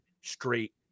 straight